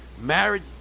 married